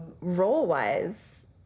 Role-wise